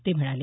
ते म्हणाले